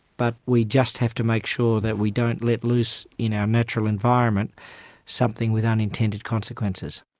but we just have to like sure that we don't let loose in our natural environment something with unintended consequences.